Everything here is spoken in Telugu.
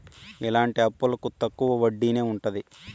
ఇలాంటి అప్పులకు తక్కువ వడ్డీనే ఉంటది